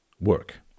work